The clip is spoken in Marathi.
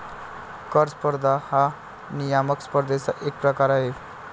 कर स्पर्धा हा नियामक स्पर्धेचा एक प्रकार आहे